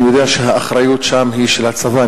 אני יודע שהאחריות שם היא של הצבא,